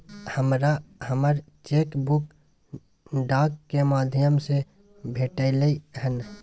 हमरा हमर cheque book डाक के माध्यम से भेटलय हन